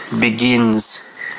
begins